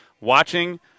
watching